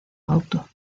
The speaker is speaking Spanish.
auto